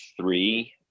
three